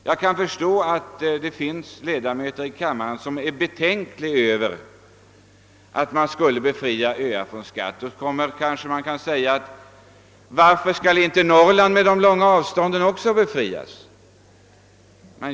Jag kan förstå att det finns ledamöter i kammaren som är betänksamma inför förslaget att befria öar från skatt. De kanske kan fråga: Varför skall inte också Norrland som har så stora avstånd befrias?